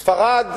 ספרד,